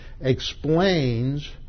explains